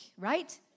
right